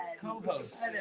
co-hosts